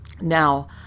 Now